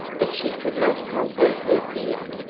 but she could not conquer her fear.